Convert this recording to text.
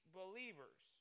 believers